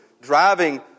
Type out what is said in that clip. driving